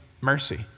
mercy